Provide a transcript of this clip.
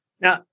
Now